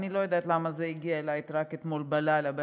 אני לא יודעת למה זה הגיע אלי רק אתמול ב-23:00,